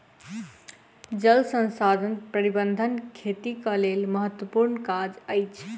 जल संसाधन प्रबंधन खेतीक लेल महत्त्वपूर्ण काज अछि